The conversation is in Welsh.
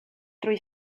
drwy